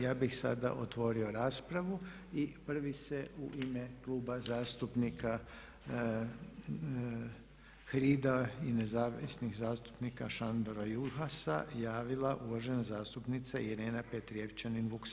Ja bih sada otvorio raspravu i prvi se u ime Kluba zastupnika HRID-a i nezavisnih zastupnika Šandora Juhasa javila uvažena zastupnica Irena Petrijevčanin Vuksanović.